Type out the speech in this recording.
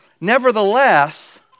Nevertheless